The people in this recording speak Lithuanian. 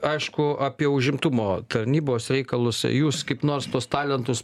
aišku apie užimtumo tarnybos reikalus jūs kaip nors tuos talentus